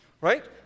right